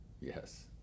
yes